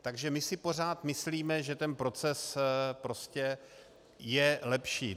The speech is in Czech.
Takže my si pořád myslíme, že ten proces prostě je lepší.